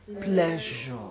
Pleasure